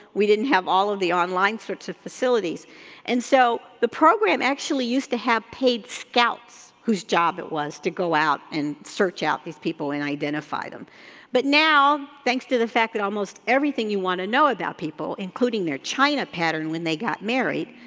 we didn't have all of the online certi, facilities and so the program actually used to have paid scouts whose job it was to go out and search out these people and identify them but now, thanks to the fact that almost everything you wanna know about people, including their china pattern when they got married,